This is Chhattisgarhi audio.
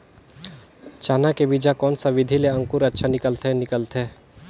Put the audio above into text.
चाना के बीजा कोन सा विधि ले अंकुर अच्छा निकलथे निकलथे